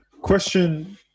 question